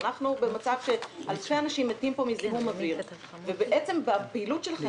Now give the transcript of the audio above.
אנחנו במצב שאלפי אנשים מתים פה מזיהום אוויר ובעצם בפעילות שלכם,